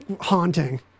haunting